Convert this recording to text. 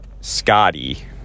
Scotty